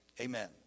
Amen